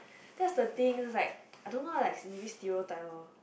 that's the thing is like I don't know like maybe stereotype lor